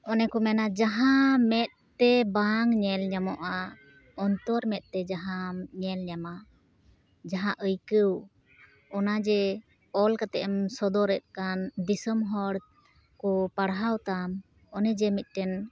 ᱚᱱᱮᱠᱚ ᱢᱮᱱᱟ ᱡᱟᱦᱟᱸ ᱢᱮᱫ ᱛᱮ ᱵᱟᱝ ᱧᱮᱞ ᱧᱟᱢᱚᱼᱟ ᱚᱱᱛᱚᱨ ᱢᱮᱫ ᱛᱮ ᱡᱟᱦᱟᱸᱢ ᱧᱮᱞ ᱧᱟᱢᱟ ᱡᱟᱦᱟᱸ ᱟᱹᱭᱠᱟᱹᱣ ᱚᱱᱟ ᱡᱮ ᱚᱞ ᱠᱟᱛᱮ ᱮᱢ ᱥᱚᱫᱚᱨ ᱮᱫ ᱠᱟᱱ ᱫᱤᱥᱚᱢ ᱦᱚᱲ ᱠᱚ ᱯᱟᱲᱦᱟᱣ ᱛᱟᱢ ᱚᱱᱮ ᱡᱮ ᱢᱤᱫᱴᱮᱱ